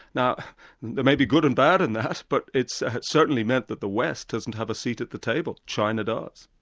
now there may be good and bad in that, but it's certainly meant that the west doesn't have a seat at the table. china does.